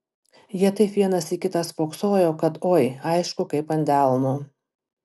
jie taip vienas į kitą spoksojo kad oi aišku kaip ant delno